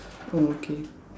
oh okay